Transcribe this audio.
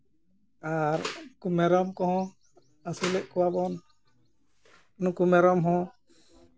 ᱟᱨ ᱩᱱᱠᱩ ᱢᱮᱨᱚᱢ ᱠᱚᱦᱚᱸ ᱟᱹᱥᱩᱞᱮᱫ ᱠᱚᱣᱟᱵᱚᱱ ᱱᱩᱠᱩ ᱢᱮᱨᱚᱢ ᱦᱚᱸ